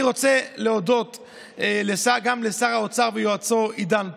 אני רוצה להודות גם לשר האוצר ויועצו עידן פרץ,